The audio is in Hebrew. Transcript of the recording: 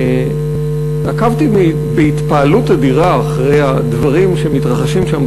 ועקבתי בהתפעלות אדירה אחרי הדברים שמתרחשים שם,